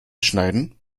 schneiden